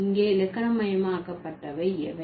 இங்கே இலக்கணமயமாக்கப்பட்டவை எவை